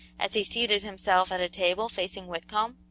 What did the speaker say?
as he seated himself at a table, facing whitcomb.